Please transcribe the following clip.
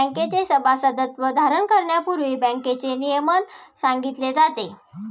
बँकेचे सभासदत्व धारण करण्यापूर्वी बँकेचे नियमन सांगितले जाते